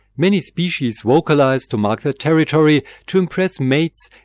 many species vocalise to mark their territory, to impress mates,